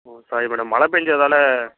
உம் sorry madam மழை பேஞ்சதால்